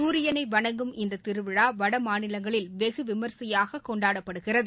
சூரியனை வணங்கும் இந்த திருவிழா வடமாநிலங்களில் இன்று விமிசையாக கொண்டாடப்படுகிறது